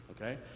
okay